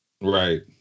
Right